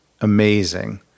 amazing